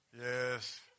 Yes